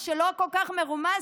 או שלא כל כך מרומז,